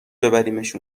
ببریمش